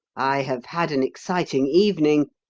i have had an exciting evening,